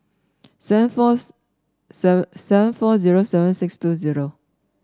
seven forth seven seven four zero seven six two zero